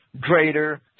greater